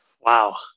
Wow